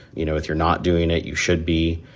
you know if you're not doing it you should be.